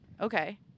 Okay